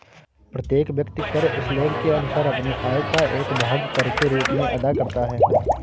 प्रत्येक व्यक्ति कर स्लैब के अनुसार अपनी आय का एक भाग कर के रूप में अदा करता है